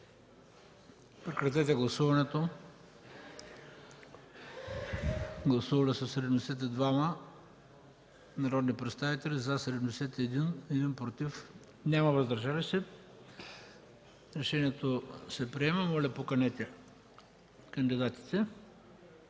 режим на гласуване. Гласували 72 народни представители: за 71, против 1, въздържали се няма. Решението се приема. Моля, поканете кандидатите.